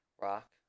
rock